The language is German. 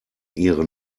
ihre